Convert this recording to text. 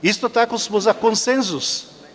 Isto tako smo za konsenzus.